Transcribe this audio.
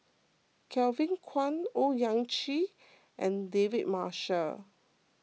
Kevin Kwan Owyang Chi and David Marshall